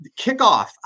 kickoff